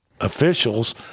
officials